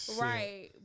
Right